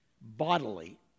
bodily